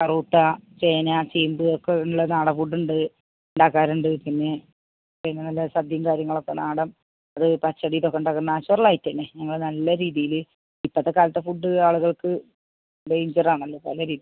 കറൂട്ട ചേന ചേമ്പ് ഒക്കെയുള്ള നാടൻ ഫുഡുണ്ട് ഉണ്ടാക്കാറുണ്ട് പിന്നെ പിന്നെ നല്ല സദേൃം കാര്യങ്ങളൊക്കെ നാടൻ അത് പച്ചടീലൊക്കെ ഉണ്ടാക്കുന്ന നാച്ചുറലായിട്ട് തന്നെ ഞങ്ങൾ നല്ല രീതിയിൽ ഇപ്പൊഴത്തെ കാലത്തെ ഫുഡ് ആളുകൾക്ക് ഡേഞ്ചറാണല്ലോ പല രീതീൽ